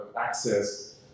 access